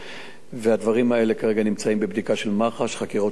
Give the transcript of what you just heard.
והדברים האלה כרגע נמצאים בבדיקה של מח"ש חקירות שוטרים,